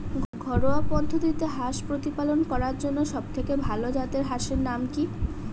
ঘরোয়া পদ্ধতিতে হাঁস প্রতিপালন করার জন্য সবথেকে ভাল জাতের হাঁসের নাম কি?